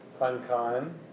unkind